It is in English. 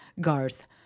Garth